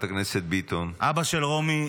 אבא של רומי,